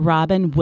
Robin